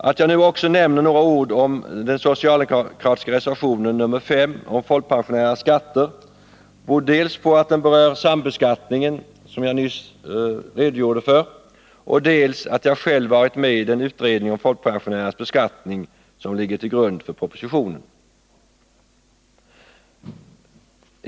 Att jag nu också nämner några ord om den socialdemokratiska reservationen nr 5 om folkpensionärernas skatter beror dels på att den berör sambeskattningen, dels på att jag själv varit med i den utredning om folkpensionärernas beskattning som ligger till grund för propositionen.